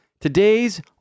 Today's